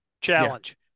Challenge